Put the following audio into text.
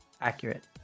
Accurate